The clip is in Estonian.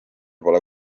pole